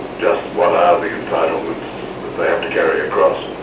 just what are the entitlements that they have to carry across.